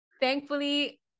Thankfully